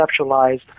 conceptualized